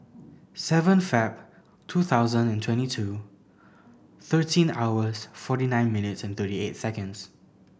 seven Feb two thousand and twenty two thirteen hours forty nine minutes and thirty eight seconds